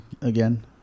again